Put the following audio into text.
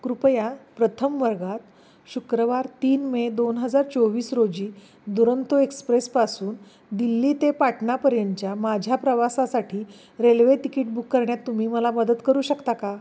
कृपया प्रथम वर्गात शुक्रवार तीन मे दोन हजार चोवीस रोजी दुरंतो एक्सप्रेसपासून दिल्ली ते पाटणापर्यंत माझ्या प्रवासासाठी रेल्वे तिकीट बुक करण्यात तुम्ही मला मदत करू शकता का